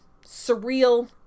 surreal